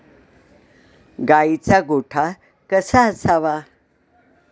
गाईचा गोठा कसा असावा?